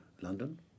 London